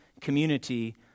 community